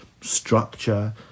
structure